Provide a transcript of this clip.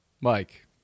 Mike